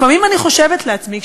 לפעמים אני חושבת לעצמי,